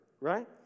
right